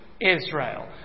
Israel